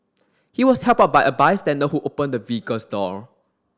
he was helped out by a bystander who opened the vehicle's door